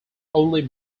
only